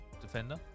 defender